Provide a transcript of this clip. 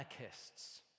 anarchists